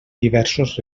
diversos